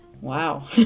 Wow